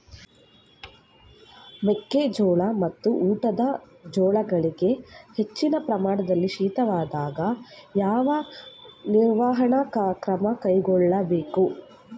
ಮೆಕ್ಕೆ ಜೋಳ ಮತ್ತು ಊಟದ ಜೋಳಗಳಿಗೆ ಹೆಚ್ಚಿನ ಪ್ರಮಾಣದಲ್ಲಿ ಶೀತವಾದಾಗ, ಯಾವ ನಿರ್ವಹಣಾ ಕ್ರಮ ಕೈಗೊಳ್ಳಬೇಕು?